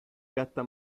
gatta